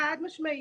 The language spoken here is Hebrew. חד משמעית.